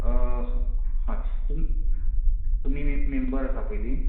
हय तुम तुमी मेंबर आसा पयली